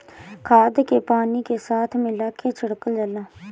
खाद के पानी के साथ मिला के छिड़कल जाला